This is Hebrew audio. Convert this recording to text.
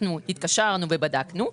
התקשרנו ובדקנו,